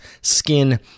skin